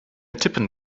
tippen